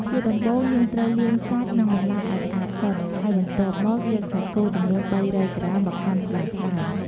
ជាដំបូង យើងត្រូវលាងសាច់ និងបន្លែឱ្យស្អាតសិន ហើយបន្ទាប់មក យកសាច់គោចំនួន ៣០០ ក្រាម មកហាន់ស្ដើងៗ។